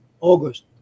August